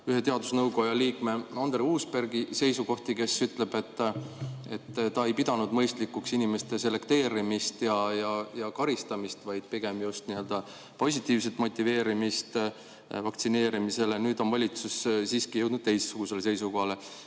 ühe teadusnõukoja liikme Andero Uusbergi seisukohti, kes ütleb, et tema ei pea mõistlikuks inimeste selekteerimist ja karistamist, vaid pigem just nii‑öelda positiivset motiveerimist, et vaktsineeritaks. Nüüd on valitsus siiski jõudnud teistsugusele seisukohale.